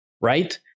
Right